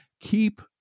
keep